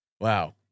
Wow